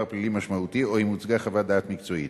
פלילי משמעותי או אם הוצגה חוות דעת מקצועית.